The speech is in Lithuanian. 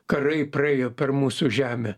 karai praėjo per mūsų žemę